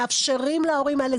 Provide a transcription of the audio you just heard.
מאפשרים להורים האלה.